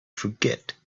forget